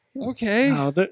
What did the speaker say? okay